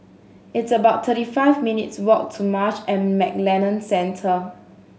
it's about thirty five minutes' walk to Marsh and McLennan Centre